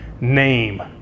name